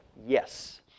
Yes